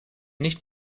nicht